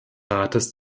rates